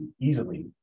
easily